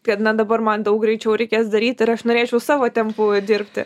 kad na dabar man daug greičiau reikės daryt ir aš norėčiau savo tempu dirbti